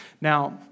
Now